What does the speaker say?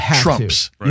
Trump's